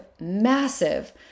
massive